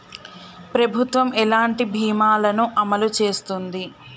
ప్రభుత్వం ఎలాంటి బీమా ల ను అమలు చేస్తుంది?